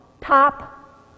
top